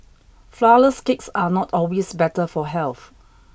flourless cakes are not always better for health